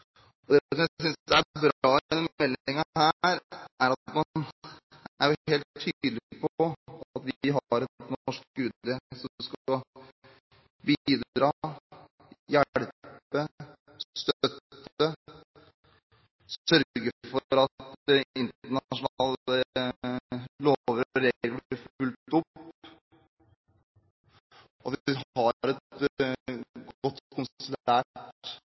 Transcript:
Det jeg synes er bra i denne meldingen, er at man er helt tydelige på at vi har et norsk UD som skal bidra, hjelpe, støtte og sørge for at internasjonale lover og regler blir fulgt opp, at vi har en god konsulær utenrikstjeneste, men at det er